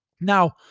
Now